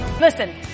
Listen